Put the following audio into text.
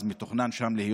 מתוכננת שם להיות